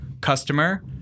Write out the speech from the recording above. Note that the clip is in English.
customer